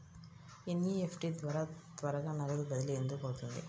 NEFT ద్వారా త్వరగా నగదు బదిలీ ఎందుకు అవుతుంది?